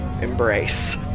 embrace